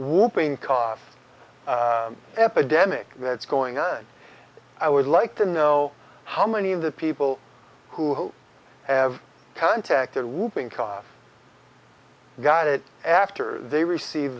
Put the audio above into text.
whooping cough epidemic that's going on i would like to know how many of the people who have contacted whooping cough got it after they receive